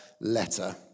letter